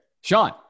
Sean